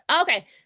Okay